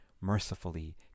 mercifully